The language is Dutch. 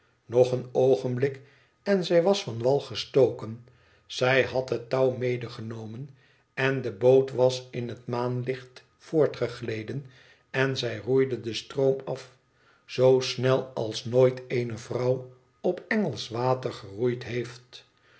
nog een oogenblik en zij was van wal gestoken zij had het touw medegenomen en de boot was in het maanlicht voortgegleden en zij roeide den stroom af zoo snel als nooit eene vrouw op engelsch water geroeid heeft